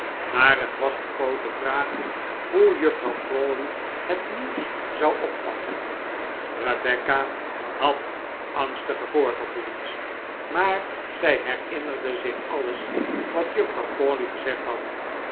maar het was de groote vraag hoe juffrouw crawley het nieuws zou opvatten rebecca had angstige voorgevoelens maar zij herinnerde zich alles wat juffrouw crawley gezegd had